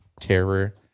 terror